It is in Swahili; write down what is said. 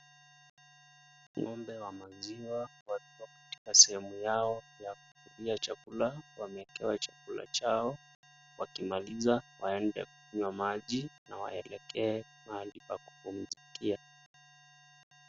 Ng'ombe wa maziwa wakiwa katika sehemu yao ya kukulia chakula, wameekewa chakula chao wakimaliza waende kukunywa maji na waelekee mahali pa kupumzikia.